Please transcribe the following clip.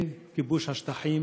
כן, כיבוש השטחים